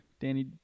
Danny